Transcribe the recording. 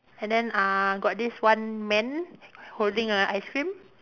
and then uh got this one man holding a ice cream